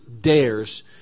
dares